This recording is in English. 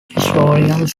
historians